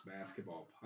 Basketball